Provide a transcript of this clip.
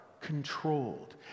controlled